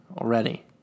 Already